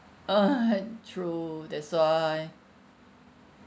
ah true that's why